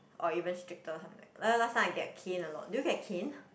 or even stricter last time I get caned a lot do you get caned